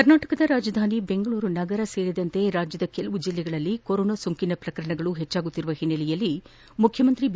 ಕರ್ನಾಟಕದ ರಾಜಧಾನಿ ಬೆಂಗಳೂರು ಹಾಗೂ ರಾಜ್ಯದ ಕೆಲವು ಜೆಲ್ಲೆಗಳಲ್ಲಿ ಕೊರೋನಾ ಸೋಂಕಿನ ಪ್ರಕರಣಗಳು ಹೆಚ್ಚಾಗುತ್ತಿರುವ ಹಿನ್ನೆಲೆಯಲ್ಲಿ ಮುಖ್ಯಮಂತ್ರಿ ಬಿ